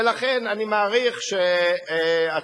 ולכן אני מעריך שהטענות,